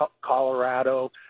Colorado